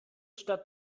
stadt